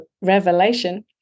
revelation